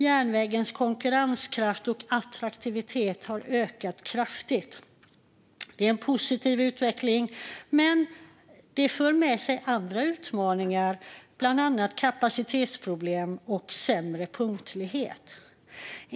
Järnvägens konkurrenskraft och attraktivitet har ökat kraftigt. Det är en positiv utveckling, men den för med sig andra utmaningar, bland annat kapacitetsproblem och sämre punktlighet.